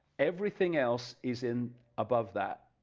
everything else is in above that,